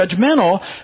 judgmental